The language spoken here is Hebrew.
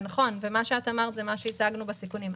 נכון, מה שאת אמרת הוא מה שהצגנו בסיכונים.